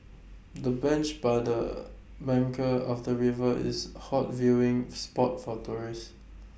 the bench by the bank of the river is A hot viewing spot for tourists